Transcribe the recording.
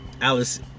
Alice